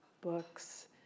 books